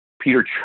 Peter